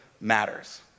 matters